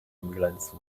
ambulance